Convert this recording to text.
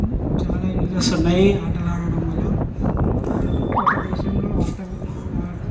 చాలా యూజెస్ ఉన్నాయి ఆటలు ఆడటం వల్ల ఒక దేశంలో ఆటలు